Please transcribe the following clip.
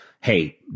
Hey